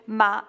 ma